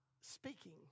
speaking